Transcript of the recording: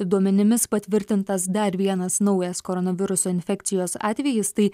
duomenimis patvirtintas dar vienas naujas koronaviruso infekcijos atvejis tai